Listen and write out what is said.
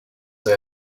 they